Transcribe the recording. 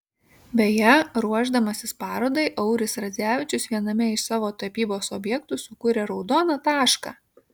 beje ruošdamasis parodai auris radzevičius viename iš savo tapybos objektų sukūrė raudoną tašką